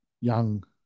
Young